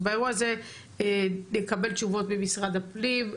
אז באירוע הזה נקבל תשובות ממשרד הפנים,